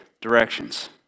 directions